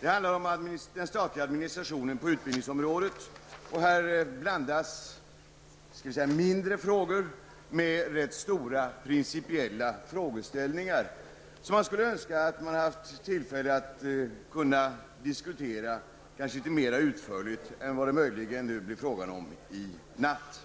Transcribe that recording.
Det handlar om den statliga administrationen på utbildningsområdet. Här blandas mindre frågor med rätt stora, principiella frågeställningar. Man skulle önska att man hade haft tillfälle att kunna diskutera detta litet mer utförligt än vad som det möjligen blir fråga om i natt.